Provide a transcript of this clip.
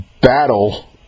battle